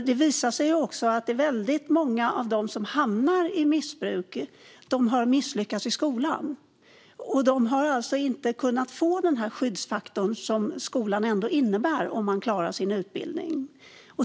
Det visar sig nämligen att väldigt många av dem som hamnar i missbruk har misslyckats i skolan och alltså inte har kunnat få den skyddsfaktor som det innebär om man klarar sin utbildning.